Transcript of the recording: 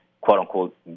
quote-unquote